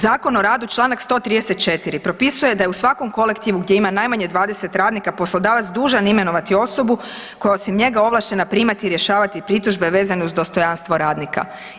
Zakon o radu Članak 134. propisuje da je u svakom kolektivnu gdje ima najmanje 20 radina poslodavac dužan imenovati osobu koja je osim njega ovlaštena primati i rješavati pritužbe uz dostojanstvo radnika.